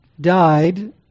died